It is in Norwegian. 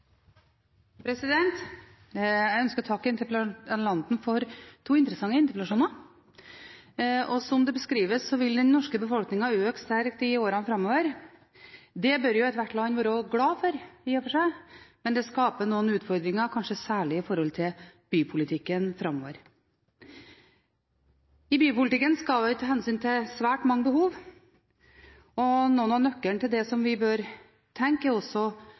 Jeg ønsker å takke interpellanten for to interessante interpellasjoner. Som det beskrives, vil den norske befolkningen øke sterkt i årene framover. Det bør ethvert land i og for seg være glad for, men det skaper noen utfordringer, kanskje særlig med tanke på bypolitikken framover. I bypolitikken skal vi ta hensyn til svært mange behov. Nøkkelen til tankegangen om dette er en godt samordnet planlegging. Byplanlegging og langsiktig arealpolitikk kommer til